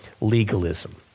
legalism